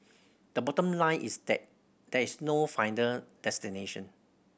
the bottom line is that there is no final destination